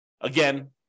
Again